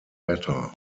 better